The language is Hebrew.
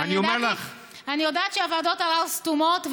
אני יודעת שוועדות הערר סתומות,